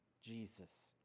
Jesus